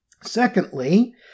Secondly